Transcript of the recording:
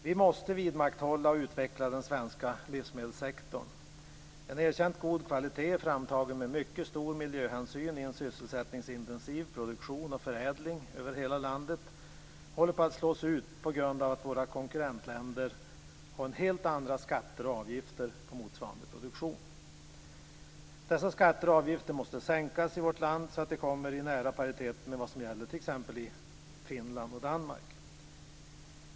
Vi måste vidmakthålla och utveckla den svenska livsmedelssektorn. En erkänt god kvalitet, framtagen med mycket stor miljöhänsyn i en sysselsättningsintensiv produktion och förädling över hela landet, håller på att slås ut på grund av att våra konkurrentländer har helt andra skatter och avgifter på motsvarande produktion. Dessa skatter och avgifter måste sänkas i vårt land så att de kommer i nära paritet med vad som gäller t.ex. i Finland och i Danmark.